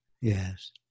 Yes